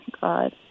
God